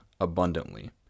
abundantly